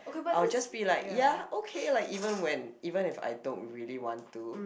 I'll just be like ya okay like even when even if I don't really want to